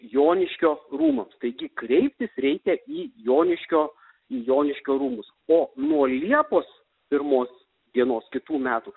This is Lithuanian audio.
joniškio rūmams taigi kreiptis reikia į joniškio į joniškio rūmus o nuo liepos pirmos dienos kitų metų